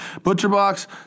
ButcherBox